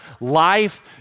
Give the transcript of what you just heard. life